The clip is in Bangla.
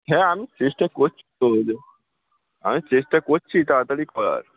হ্যাঁ আমি চেষ্টা করছি তো যে আমি চেষ্টা করছি তাড়াতাড়ি করার